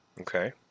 okay